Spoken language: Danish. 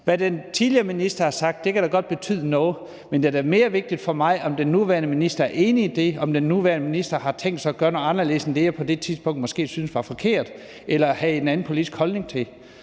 Hvad den tidligere minister har sagt, kan da godt betyde noget, men det er da mere vigtigt for mig, om den nuværende minister er enig i det, og om den nuværende minister har tænkt sig at gøre noget, som er anderledes end det, som jeg på det tidspunkt måske syntes var forkert eller havde en anden politisk holdning til.